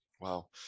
Wow